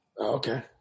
Okay